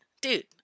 Dude